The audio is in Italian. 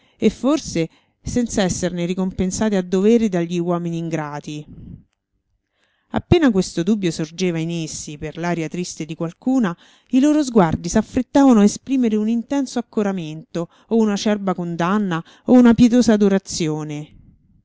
e forse senz'esserne ricompensate a dovere dagli uomini ingrati appena questo dubbio sorgeva in essi per l'aria triste di qualcuna i loro sguardi s'affrettavano a esprimere un intenso accoramento o un'acerba condanna o una pietosa adorazione